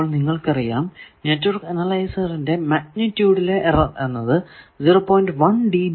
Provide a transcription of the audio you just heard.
ഇപ്പോൾ നിങ്ങൾക്കറിയാം നെറ്റ്വർക്ക് അനലൈസറിന്റെ മാഗ്നിറ്റൂഡിലെ എറർ എന്നത് 0